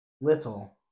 little